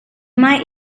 might